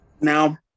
Now